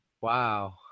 Wow